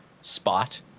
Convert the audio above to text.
spot